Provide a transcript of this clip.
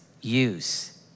use